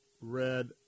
red